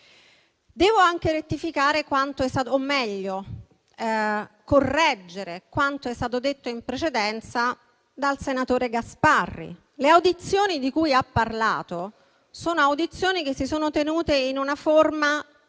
Devo anche correggere quanto è stato detto in precedenza dal senatore Gasparri. Le audizioni di cui ha parlato sono audizioni che si sono tenute in una forma